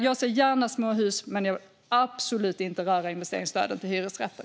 Jag ser gärna småhus, men jag vill absolut inte röra investeringsstödet till hyresrätter.